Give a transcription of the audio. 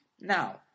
Now